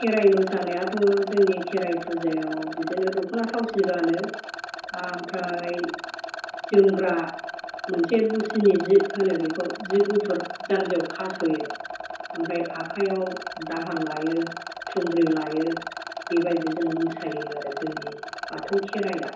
खेराइ मोसानायाथ' जोंनि खेराइ फुजायाव बिदिनो दख'ना थावसि गानो ओमफ्राय जोमग्रा मोनसे बुसिनि जि होनो बेखौ जि गुफुर जानजिआव खास'यो ओमफ्राय आखाइआव दाहाल लायो थुंग्रि लायो बे बायदिजों मोसायो आरो जोंनि बाथौ खेराइआ